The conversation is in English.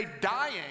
dying